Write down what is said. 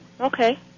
Okay